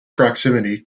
proximity